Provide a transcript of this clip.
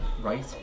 right